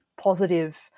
positive